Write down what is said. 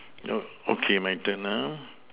nope okay my turn ah